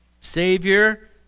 Savior